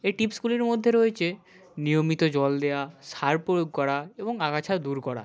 এই টিপসগুলির মধ্যে রয়েছে নিয়মিত জল দেয়া সার প্রয়োগ করা এবং আগাছা দূর করা